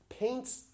Paints